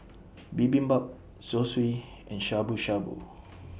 Bibimbap Zosui and Shabu Shabu